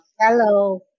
Hello